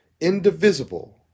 indivisible